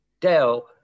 Dell